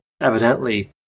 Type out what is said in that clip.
evidently